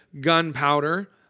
gunpowder